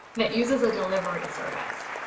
that uses a delivery service.